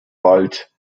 bald